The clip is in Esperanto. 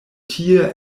tie